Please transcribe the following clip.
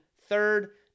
third